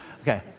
okay